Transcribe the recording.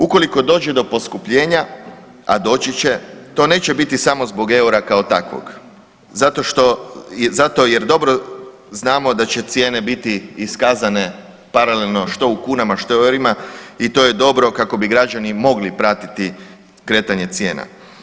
Ukoliko dođe do poskupljenja, a doći će, to neće biti samo zbog eura kao takvog zato jer dobro znamo da će cijene biti iskazane paralelno što u kunama, što u eurima i to je dobro kako bi građani mogli pratiti kretanje cijena.